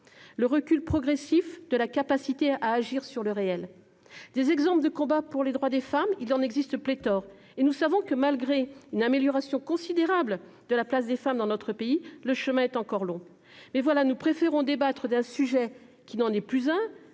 le recul progressif de la capacité à agir sur le réel. Des exemples de combat pour les droits des femmes, il en existe pléthore, et nous savons que, malgré une amélioration considérable de la place des femmes dans notre pays, le chemin est encore long. Nous préférons débattre d'un sujet qui n'en est plus un,